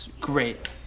great